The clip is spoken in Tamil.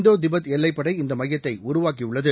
இந்தோ திபெத் எல்லைப்படை இந்த மையத்தை உருவாக்கியுள்ளது